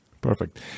Perfect